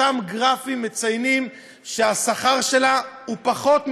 אותם גרפים מציינים שהשכר שלה הוא פחות משליש.